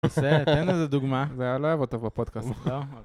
עושה, תן איזה דוגמא, זה היה לא אהב אותו בפודקאסט.